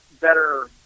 better